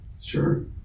Sure